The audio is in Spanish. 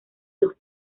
los